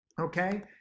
okay